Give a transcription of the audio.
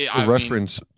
reference